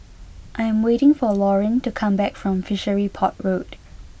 I'm waiting for Laurine to come back from Fishery Port Road